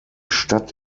stadt